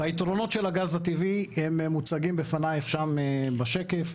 היתרונות של הגז הטבעי הם מוצגים בפנייך שם בשקף.